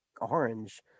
Orange